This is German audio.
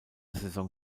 saison